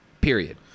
Period